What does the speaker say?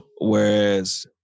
whereas